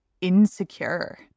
insecure